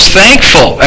thankful